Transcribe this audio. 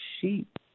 sheep